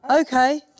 Okay